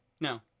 No